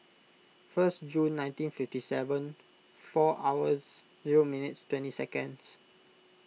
first June nineteen fifty seven four hours zero minutes twenty seconds